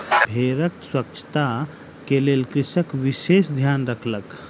भेड़क स्वच्छता के लेल कृषक विशेष ध्यान रखलक